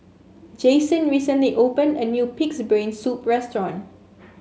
Jasen recently opened a new pig's brain soup restaurant